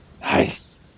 Nice